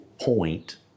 point